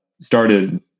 started